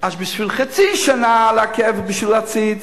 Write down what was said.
אז חצי שנה לעכב בשביל עציץ,